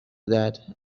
that